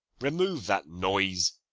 remove that noise.